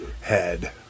Head